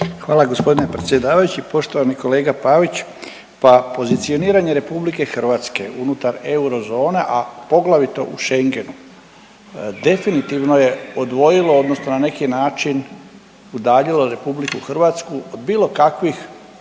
Hvala g. predsjedavajući. Poštovani kolega Pavić, pa pozicioniranje RH unutar eurozone, a poglavito u Schengenu, definitivno je odvojilo odnosno na neki način udaljilo RH od bilo kakvih